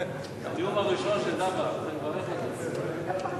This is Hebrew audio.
הנאום הראשון של דבאח זה לברך את המשלחת.